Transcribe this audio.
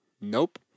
Nope